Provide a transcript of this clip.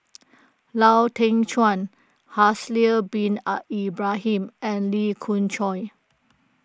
Lau Teng Chuan Haslir Bin Ibrahim and Lee Khoon Choy